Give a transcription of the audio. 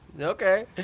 okay